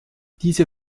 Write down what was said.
diese